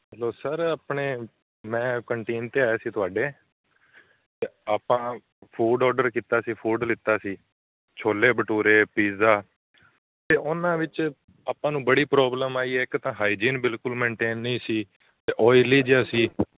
hello sir ਆਪਣੇ ਮੈਂ canteen 'ਤੇ ਆਇਆ ਸੀ ਤੁਹਾਡੇ ਅਤੇ ਆਪਾਂ ਫੂਡ ਆਰਡਰ ਕੀਤਾ ਸੀ ਫੂਡ ਲਿੱਤਾ ਸੀ ਛੋਲੇ ਭਟੂਰੇ ਪੀਜ਼ਾ ਅਤੇ ਉਹਨਾਂ ਵਿੱਚ ਆਪਾਂ ਨੂੰ ਬੜੀ ਪ੍ਰੋਬਲਮ ਆਈ ਹੈ ਇੱਕ ਤਾਂ ਹਾਈਜੀਨ ਬਿਲਕੁਲ ਮੈਨਟੇਨ ਨਹੀਂ ਸੀ ਅਤੇ ਓਈਲੀ ਜਿਹਾ ਸੀ